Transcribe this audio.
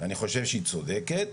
ואני חושב שהיא צודקת,